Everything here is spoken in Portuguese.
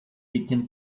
pequeno